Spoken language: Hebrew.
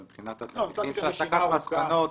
אבל מבחינת התאריכים והסקת מסקנות